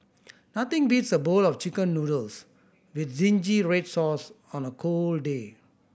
nothing beats a bowl of Chicken Noodles with zingy red sauce on a cold day